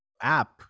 app